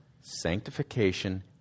sanctification